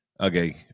Okay